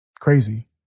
Crazy